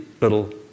little